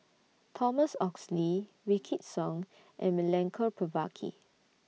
Thomas Oxley Wykidd Song and Milenko Prvacki